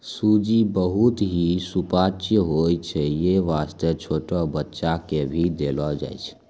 सूजी बहुत हीं सुपाच्य होय छै यै वास्तॅ छोटो बच्चा क भी देलो जाय छै